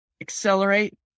Accelerate